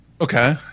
Okay